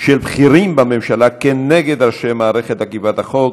של בכירים בממשלה נגד ראשי מערכת אכיפת החוק,